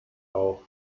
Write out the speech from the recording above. auch